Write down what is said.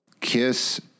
kiss